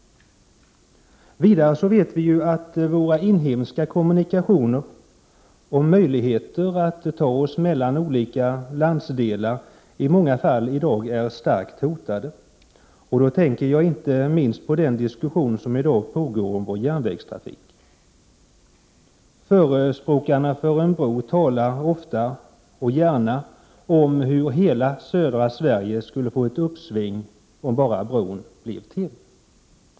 Vidare vet vi att våra inhemska kommunikationer och möjligheterna att ta oss mellan olika landsdelar i många fall i dag är starkt hotade. Jag tänker då inte minst på den diskussion som i dag pågår om vår järnvägstrafik. Förespråkarna för en bro talar ofta och gärna om hur hela södra Sverige skulle få ett uppsving, om bara bron blev till.